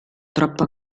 troppa